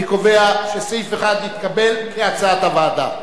אני קובע שסעיף 1 נתקבל, כהצעת הוועדה.